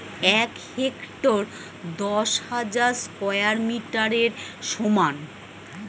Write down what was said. এক হেক্টার দশ হাজার স্কয়ার মিটারের সমান